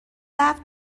برف